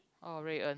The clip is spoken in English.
orh Rui-En